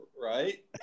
Right